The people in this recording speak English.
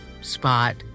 Spot